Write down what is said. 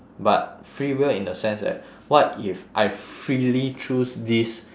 but free will in the sense that what if I freely choose this